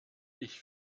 ich